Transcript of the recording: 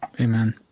Amen